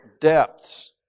depths